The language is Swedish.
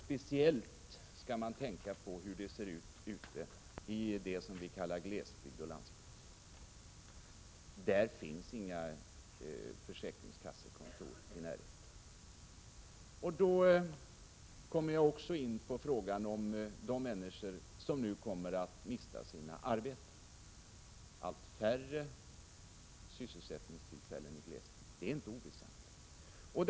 Speciellt skall man tänka på hur det ser ut ute i det vi kallar glesbygd och landsbygd. Där finns sällan försäkringskassekontor i närheten. Då kommer jag också in på frågan om de människor som nu kommer att mista sina arbeten. Det blir allt färre sysselsättningstillfällen i glesbygden. Det är inte oväsentligt.